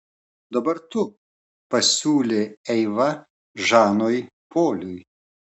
dabar tu pasiūlė eiva žanui poliui